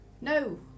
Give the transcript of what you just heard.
No